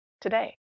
today